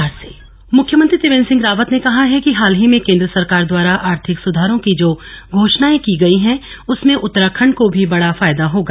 CM press वार्ता मुख्यमंत्री त्रिवेंद्र सिंह रावत ने कहा है कि हाल ही में केंद्र सरकार द्वारा आर्थिक सुधारों की जो घोषणाएं की हैं उससे उत्तराखंड को भी बड़ा फायदा होगा